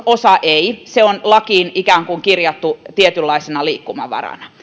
osa ei se on lakiin kirjattu ikään kuin tietynlaisena liikkumavarana